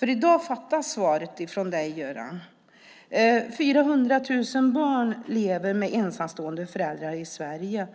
I dag fattas svaret från dig, Göran. 400 000 barn lever med ensamstående föräldrar i Sverige.